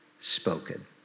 spoken